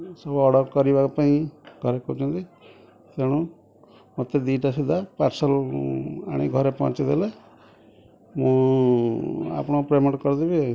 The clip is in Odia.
ସବୁ ଅର୍ଡ଼ର୍ କରିବା ପାଇଁ ଘରେ କହୁଛନ୍ତି ତେଣୁ ମୋତେ ଦୁଇଟା ସୁଧା ପାର୍ସଲ୍ ଆଣିକି ଘରେ ପହଞ୍ଚେଇ ଦେଲେ ମୁଁ ଆପଣଙ୍କ ପେମେଣ୍ଟ୍ କରିଦେବି